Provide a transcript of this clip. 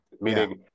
meaning